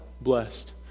blessed